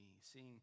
seeing